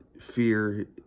fear